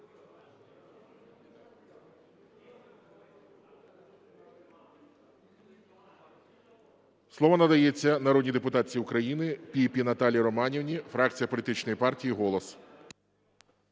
Слово надається народній депутатці України Піпі Наталії Романівні, фракція політичної партії "Голос".